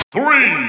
Three